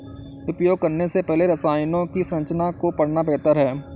उपयोग करने से पहले रसायनों की संरचना को पढ़ना बेहतर है